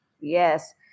Yes